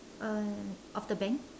uh of the bank